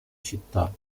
città